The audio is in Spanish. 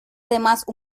además